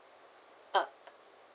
uh